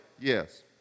Yes